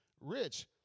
rich